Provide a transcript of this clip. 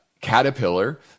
Caterpillar